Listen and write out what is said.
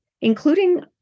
including